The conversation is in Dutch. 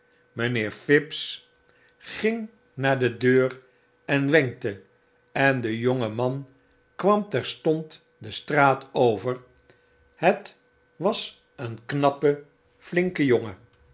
mijnheer phibbs ging naar de deur en wenkte en de jonge man kwam terstond de straat over het was een knappe fiinke jongen